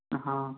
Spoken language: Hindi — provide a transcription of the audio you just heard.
हाँ